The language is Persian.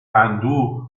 اندوه